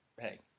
Hey